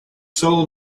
soul